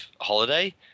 holiday